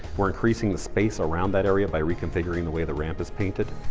we're increasing the space around that area by reconfiguring the way the ramp is painted.